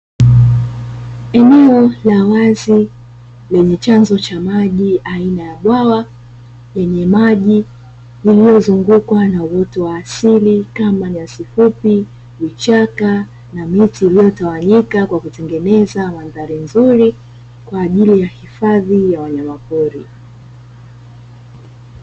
Eneo la wazi lenye chanzo cha maji aina ya bwawa, lenye maji yaliozungukwa na uoto wa asili kama nyasi fupi, vichaka na miti iliyotawangika kwa kutengeneza mandhari nzuri kwa ajili ya hifadhi ya wanyama pori.